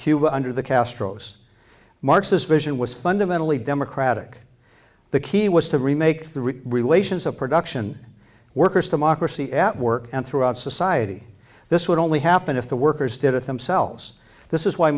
cuba under the castros marx this vision was fundamentally democratic the key was to remake the relations of production workers democracy at work and throughout society this would only happen if the workers did it themselves this is why